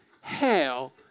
hell